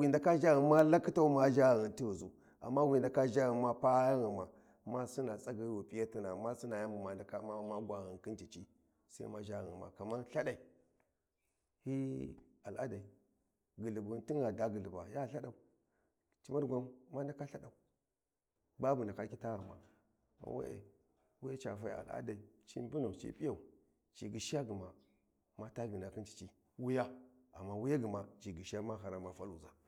wi ndaka zha ghun ma lakkhitau ma zha ghangi tighi zu amma wi ndaka zha ghun ma zu amma wi ndaka zha ghun ma pa ghan ghima ma sinna tsagi wi piyatina ma sinna yan ghan ghima kamar lthadai hyi aladai ghulbughun tingha da ghulba ya ndaka lthadau ba bu ndaka khitaghima, ghan we’e wi ye ca fai al’adai ci mbunu ci p’yan ci ghishiya gma ma taa vinahyi khin cici wuya amma wuya gma ci ghishiya ma haran ma faluza.